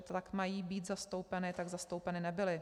Ač mají být zastoupeny, tak zastoupeny nebyly.